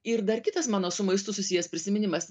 ir dar kitas mano su maistu susijęs prisiminimas